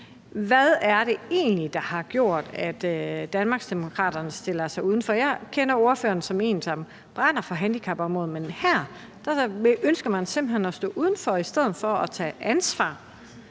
Danmarksdemokraterne stiller sig udenfor. Jeg kender ordføreren som en, der brænder for handicapområdet, men her ønsker man simpelt hen at stå udenfor i stedet for at tage ansvar